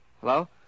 Hello